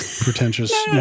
pretentious